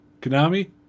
Konami